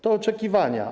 To oczekiwania.